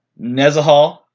Nezahal